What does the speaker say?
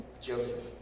Joseph